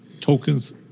tokens